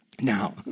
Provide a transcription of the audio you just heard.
Now